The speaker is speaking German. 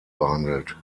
behandelt